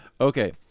Okay